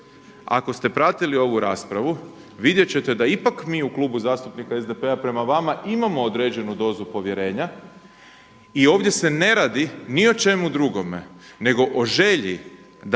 ako ste pratili ovu raspravu, vidjet ćete da ipak mi u Klubu zastupnika SDP-a prema vama imamo određenu dozu povjerenja i ovdje se ne radi ni o čemu drugome nego o želji da